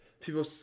People